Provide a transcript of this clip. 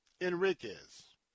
Enriquez